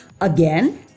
again